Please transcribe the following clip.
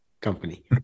company